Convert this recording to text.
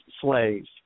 slaves